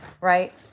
right